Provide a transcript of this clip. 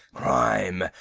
crime,